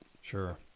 Sure